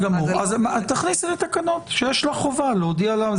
תכניסו לתקנות שיש חובה להודיע.